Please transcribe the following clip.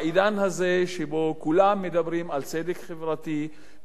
בעידן הזה שבו כולם מדברים על צדק חברתי,